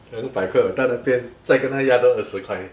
两百块我当然再跟他压多二十块